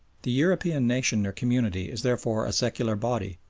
the european nation or community is therefore a secular body,